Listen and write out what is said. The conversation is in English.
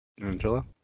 Angela